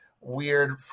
weird